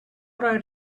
right